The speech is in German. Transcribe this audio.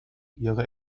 ihre